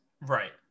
right